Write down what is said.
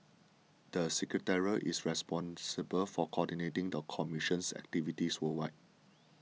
the secretariat is responsible for coordinating the commission's activities worldwide